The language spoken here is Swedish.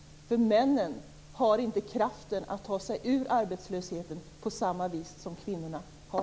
Männen har inte kraft att ta sig ur arbetslösheten på samma sätt som kvinnorna har.